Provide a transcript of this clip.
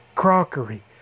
crockery